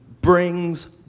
brings